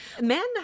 Men